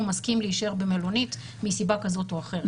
מסכים להישאר במלונית מסיבה כזאת או אחרת.